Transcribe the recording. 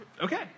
Okay